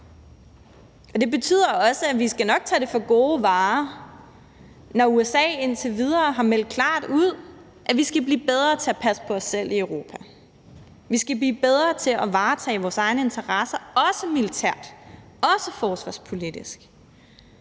Det betyder også, at vi nok skal tage det for gode varer, når USA indtil videre har meldt klart ud, at vi skal blive bedre til at passe på os selv i Europa, at vi skal blive bedre til at varetage vores egne interesser, også militært, også forsvarspolitisk,